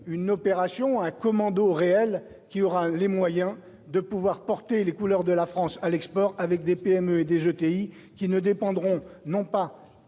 une opération un commando réel qui aura les moyens de pouvoir porter les couleurs de la France à l'export avec des PME et des qui ne dépendront non pas